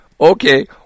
Okay